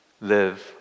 live